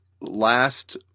last